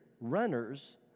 runners